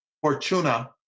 Fortuna